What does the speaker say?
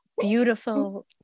beautiful